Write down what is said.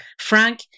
Frank